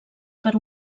per